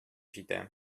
җитә